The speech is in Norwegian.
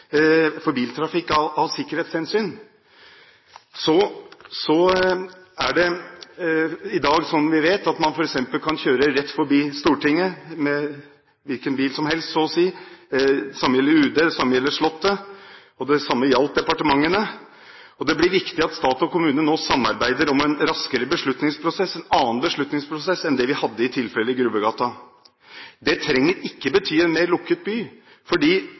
vi vet – at man kan kjøre rett forbi Stortinget med hvilken bil som helst, så å si. Det samme gjelder UD og slottet, og det samme gjaldt departementene. Det blir viktig at stat og kommune nå samarbeider om en raskere beslutningsprosess – en annen beslutningsprosess enn den vi hadde i tilfellet Grubbegata. Det trenger ikke bety en mer lukket by.